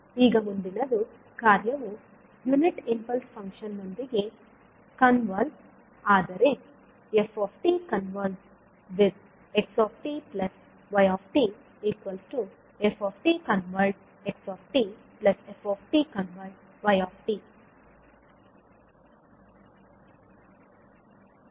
ಈಗ ಮುಂದಿನದು ಕಾರ್ಯವು ಯುನಿಟ್ ಇಂಪಲ್ಸ್ ಫಂಕ್ಷನ್ ನೊಂದಿಗೆ ಕನ್ವಾಲ್ವ್ ಆದರೆ fxyfxfy